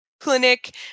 clinic